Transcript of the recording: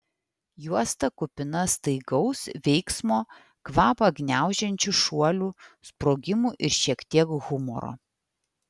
juosta kupina staigaus veiksmo kvapą gniaužiančių šuolių sprogimų ir šiek tiek humoro